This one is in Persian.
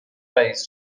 رئیس